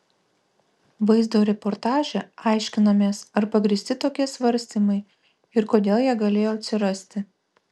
vaizdo reportaže aiškinamės ar pagrįsti tokie svarstymai ir kodėl jie galėjo atsirasti